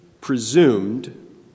presumed